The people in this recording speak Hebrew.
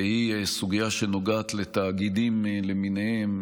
והיא סוגיה שנוגעת לתאגידים למיניהם,